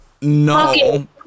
no